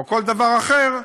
או כל דבר אחר,